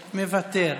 מוותר.